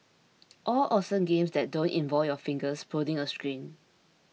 all awesome games that don't involve your fingers prodding a screen